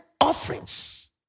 offerings